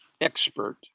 expert